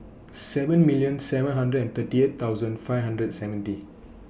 seven million seven hundred and thirty eight thousand five hundred and seventy